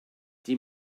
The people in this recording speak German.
die